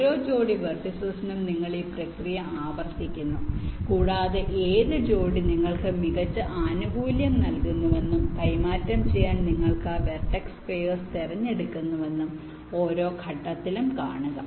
ഓരോ ജോഡി വെർടിസിസിനും നിങ്ങൾ ഈ പ്രക്രിയ ആവർത്തിക്കുന്നു കൂടാതെ ഏത് ജോഡി നിങ്ങൾക്ക് മികച്ച ആനുകൂല്യം നൽകുന്നുവെന്നും കൈമാറ്റം ചെയ്യാൻ നിങ്ങൾ ആ വെർട്ടെക്സ് പെയർസ് തിരഞ്ഞെടുക്കുന്നുവെന്നും ഓരോ ഘട്ടത്തിലും കാണുക